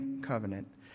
covenant